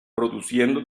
produciendo